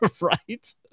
right